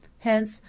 hence,